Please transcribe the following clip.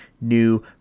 new